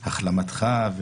-- ועל החלמתך.